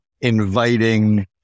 inviting